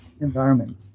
environment